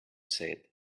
said